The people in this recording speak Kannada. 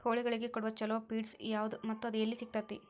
ಕೋಳಿಗಳಿಗೆ ಕೊಡುವ ಛಲೋ ಪಿಡ್ಸ್ ಯಾವದ ಮತ್ತ ಅದ ಎಲ್ಲಿ ಸಿಗತೇತಿ?